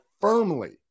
firmly